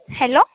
hello